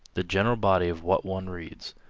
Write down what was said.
the general body of what one reads.